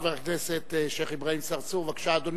חבר הכנסת שיח' אברהים צרצור, בבקשה, אדוני,